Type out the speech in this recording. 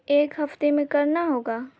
ایک ہفتے میں کرنا ہوگا